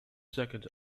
second